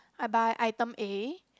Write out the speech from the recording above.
I buy item A